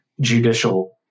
judicial